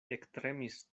ektremis